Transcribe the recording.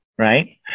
Right